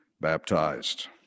baptized